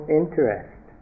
interest